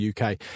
UK